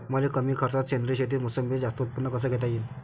मले कमी खर्चात सेंद्रीय शेतीत मोसंबीचं जास्त उत्पन्न कस घेता येईन?